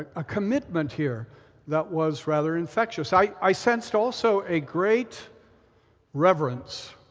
ah a commitment here that was rather infectious. i i sensed also a great reverence.